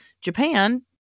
Japan